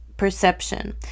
Perception